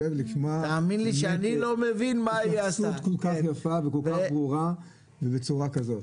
התבטאות כל כך יפה וכל כך ברורה ובצורה כזאת.